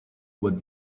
what